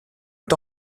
est